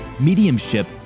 mediumship